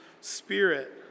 spirit